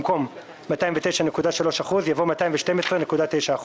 במקום "209.3%" יבוא "212.9%".